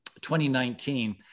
2019